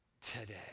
today